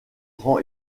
grand